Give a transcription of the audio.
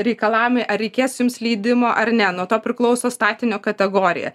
reikalavimai ar reikės jums leidimo ar ne nuo to priklauso statinio kategorija